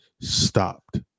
stopped